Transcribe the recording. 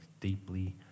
deeply